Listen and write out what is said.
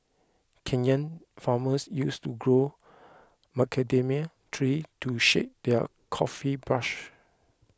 Kenyan farmers used to grow macadamia trees to shade their coffee bushes